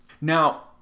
Now